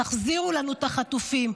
תחזירו לנו את החטופים.